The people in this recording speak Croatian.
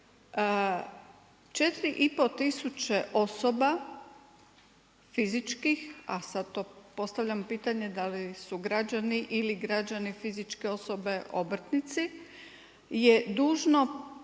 osoba, fizičkih, a sad to postavljam pitanje, da li su građani ili građani fizičke osobe obrtnici, je dužno